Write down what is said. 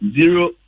zero